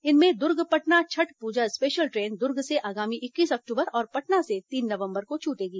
इनमें Durg Patna Chhath Puja special train Durg से आगामी इक्कीस अक्टूबर और पटना से तीन नवंबर को छूटेगी